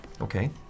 Okay